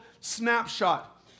snapshot